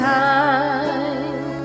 time